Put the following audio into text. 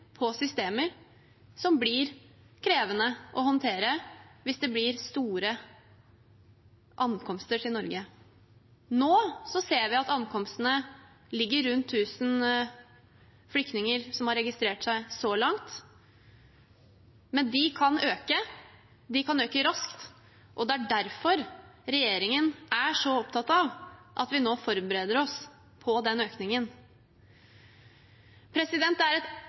på systemer, som blir krevende å håndtere hvis det blir store ankomster til Norge. Nå ser vi at ankomstene ligger på rundt 1 000 flyktninger som har registrert seg så langt, men de kan øke. De kan øke raskt, og det er derfor regjeringen er så opptatt av at vi nå forbereder oss på den økningen. Det er et